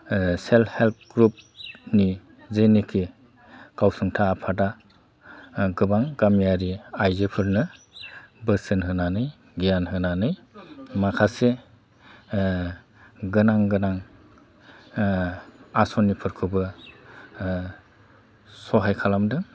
self help ग्रुपनि जेनिखि गावसुंथा आफादा गोबां गामियारि आयजोफोरनो बोसोन होनानै गियाव होनानै माखासे गोनां गोनां आसनिफोरखौबो सहाय खालामदों